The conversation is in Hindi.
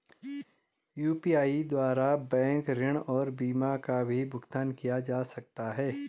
यु.पी.आई द्वारा बैंक ऋण और बीमा का भी भुगतान किया जा सकता है?